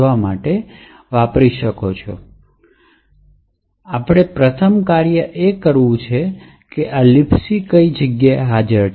ઠીક છે આપણે પ્રથમ કાર્ય કરવાની જરૂર છે તે એ છે કે Libc ક્યાં હાજર છે